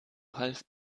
half